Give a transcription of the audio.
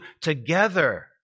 together